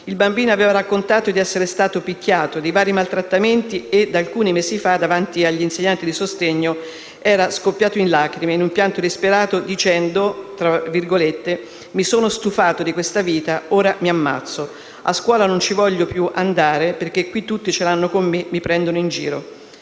il bambino aveva raccontato di essere stato picchiato, di vari maltrattamenti e alcuni mesi fa, davanti agli insegnanti di sostegno, era scoppiato in lacrime, in un pianto disperato dicendo: «mi sono stufato di questa vita, ora mi ammazzo. A scuola non ci voglio più andare perché qui tutti ce l'hanno con me e mi prendono in giro».